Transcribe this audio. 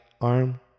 arm